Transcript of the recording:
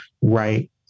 right